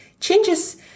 Changes